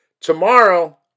Tomorrow